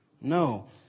No